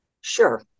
Sure